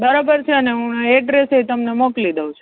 બરાબર છે અને હું આ એડ્રેસેય તમને મોકલી દઉં છું